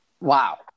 Wow